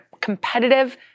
competitive